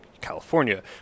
california